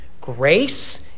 Grace